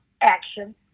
action